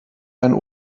einen